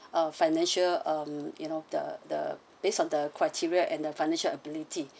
financial um you know the the based on the criteria and the financial ability